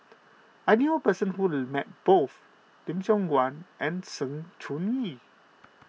I knew a person who met both Lim Siong Guan and Sng Choon Yee